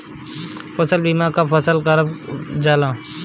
फसल बीमा का कब कब करव जाला?